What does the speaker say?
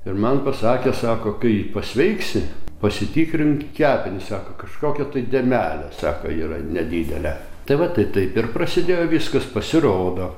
ir man pasakė sako kai pasveiksi pasitikrink kepenis sako kažkokia tai dėmelė sako yra nedidelė tai va tai taip ir prasidėjo viskas pasirodo